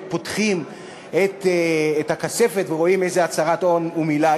פותחים את הכספת ורואים איזו הצהרת הון הוא מילא,